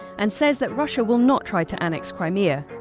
and says that russia will not try to annex crimea.